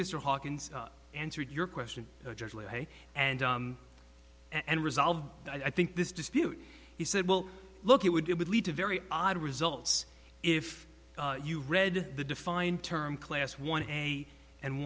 mr hawkins answered your question and and resolved i think this dispute he said well look it would it would lead to very odd results if you read the defined term class one and and